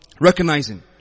Recognizing